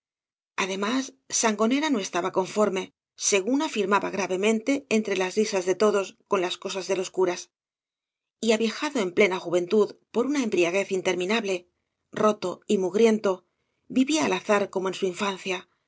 además sangonera no estaba conforme según afirmaba gravemente entre las risas de todos con las cosas de los curas y aviejado en plena juventud por una embriaguez interminable roto y mugriento vivia al azar como en su infancia